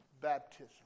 baptism